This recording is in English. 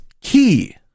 key